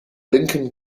lincoln